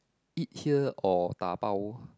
eat here or dabao